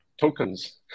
tokens